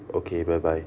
okay bye bye